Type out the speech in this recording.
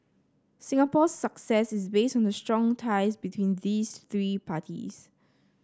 Singapore's success is based on the strong ties between these three parties